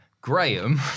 Graham